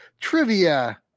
trivia